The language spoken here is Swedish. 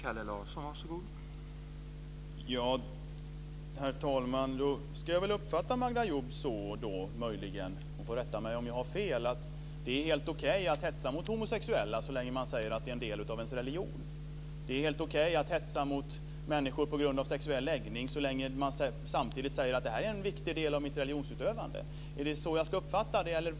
Herr talman! Ska jag då uppfatta Magda Ayoub så att - hon får rätta mig om jag har fel - att det är okej att hetsa mot homosexuella så länge man säger att det är en del av ens religion, att det är helt okej att hetsa mot människor på grund av sexuell läggning så länge man säger att det är en viktig del av ens religionsutövande? Är det så jag ska uppfatta det?